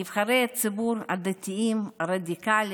נבחרי הציבור הדתיים, רדיקלים